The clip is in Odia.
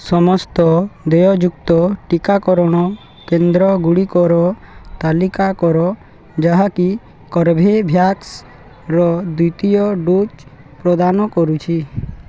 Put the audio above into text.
ସମସ୍ତ ଦେୟଯୁକ୍ତ ଟିକାକରଣ କେନ୍ଦ୍ର ଗୁଡ଼ିକର ତାଲିକା କର ଯାହାକି କର୍ବେଭ୍ୟାକ୍ସର ଦ୍ୱିତୀୟ ଡୋଜ୍ ପ୍ରଦାନ କରୁଛି